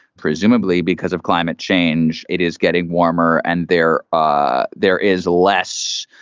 presumably because of climate change, it is getting warmer and there ah there is less.